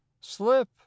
slip